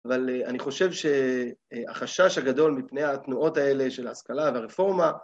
אבל אני חושב שהחשש הגדול מפני התנועות האלה של ההשכלה והרפורמה